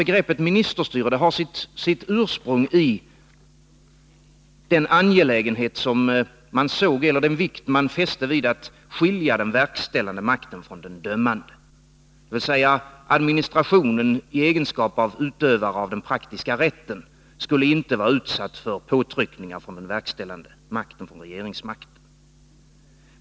Begreppet ministerstyrelse har sitt ursprung i den vikt man fäste vid att skilja den verkställande makten från den dömande, dvs. administrationen i egenskap av utövare av den praktiska rätten skulle inte vara utsatt för påtryckningar från den verkställande makten, regeringsmakten.